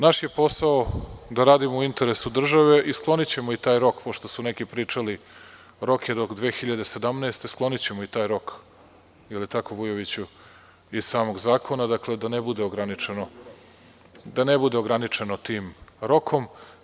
Naš je posao da radimo u interesu države i sklonićemo i taj rok, pošto su neki pričali – rok je do 2017. godine, sklonićemo i taj rok, jel tako Vujoviću, iz samog zakona, da ne bude ograničeno tim rokom.